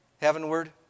heavenward